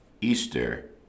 Easter